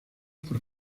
por